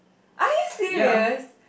are you serious